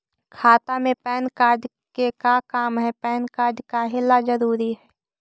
खाता में pan card के का काम है पैन कार्ड काहे ला जरूरी है?